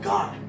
God